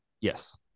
Yes